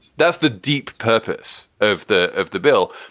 that's the deep purpose of the of the bill.